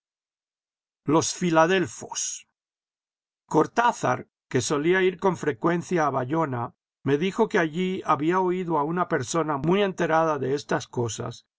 los filadelfos cortázar que solía ir con frecuencia a baona me dijo que allí había oído a una persona muy enterada de estas cosas